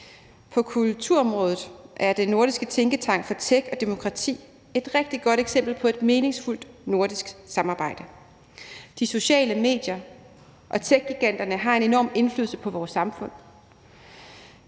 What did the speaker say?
På kulturområdet er Nordisk Tænketank for Tech og Demokrati et rigtig godt eksempel på et meningsfuldt nordisk samarbejde. De sociale medier og techgiganterne har en enorm indflydelse på vores samfund,